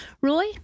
Roy